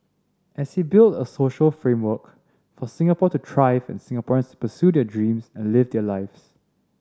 and he build a social framework for Singapore to thrive and Singaporeans pursue their dreams and live their lives